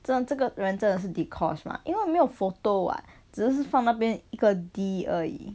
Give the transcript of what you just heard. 真的这个人真的是 dee-kosh 吗因为没有 photo [what] 只是放那边一个 D 而已